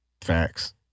Facts